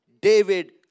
David